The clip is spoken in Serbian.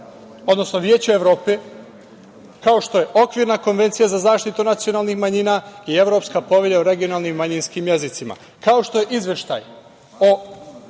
odnosno Veća Evrope, kao što je Okvirna konvencija za zaštitu nacionalnih manjina i Evropska povelja o regionalnim manjinskim jezicima, kao što je izveštaj